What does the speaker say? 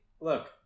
look